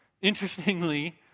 Interestingly